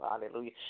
hallelujah